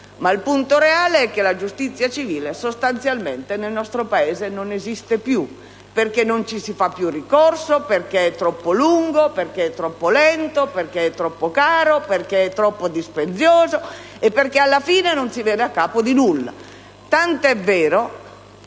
Il punto reale è che la giustizia civile sostanzialmente nel nostro Paese non esiste più: perché non ci si fa più ricorso, perché è troppo lunga, troppo lenta, troppo cara, troppo dispendiosa, e perché alla fine non si viene a capo di nulla. Tanto è vero